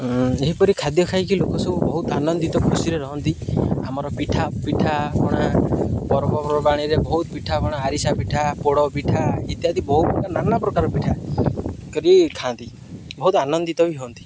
ଏହିପରି ଖାଦ୍ୟ ଖାଇକି ଲୋକ ସବୁ ବହୁତ ଆନନ୍ଦିତ ଖୁସିରେ ରହନ୍ତି ଆମର ପିଠା ପିଠା ପଣା ପର୍ବପର୍ବାଣିରେ ବହୁତ ପିଠା ପଣା ଆରିସା ପିଠା ପୋଡ଼ ପିଠା ଇତ୍ୟାଦି ବହୁତ ନାନା ପ୍ରକାର ପିଠା କରି ଖାଆନ୍ତି ବହୁତ ଆନନ୍ଦିତ ବି ହୁଅନ୍ତି